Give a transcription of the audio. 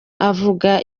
avuga